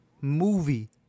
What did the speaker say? movie